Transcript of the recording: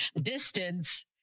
distance